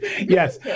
yes